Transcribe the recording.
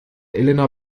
elena